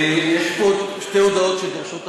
יש פה עוד שתי הודעות שדורשות הצבעה,